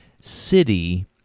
City